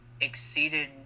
exceeded